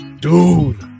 Dude